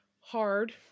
hard